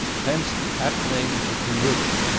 hence the apt name brooklyn bridge.